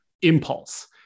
impulse